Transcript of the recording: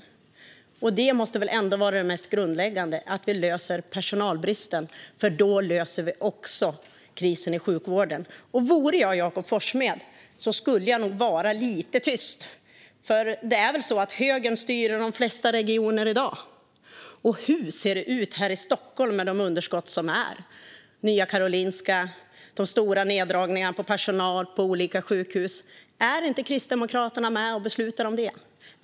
Att vi löser personalbristen måste väl ändå vara det mest grundläggande, för då löser vi också krisen i sjukvården. Vore jag Jakob Forssmed skulle jag nog vara lite tyst, för det är väl så att högern styr i de flesta regioner i dag. Hur ser det ut här i Stockholm med de underskott som finns? Är inte Kristdemokraterna med och beslutar om Nya Karolinska och de stora neddragningarna på personal på olika sjukhus?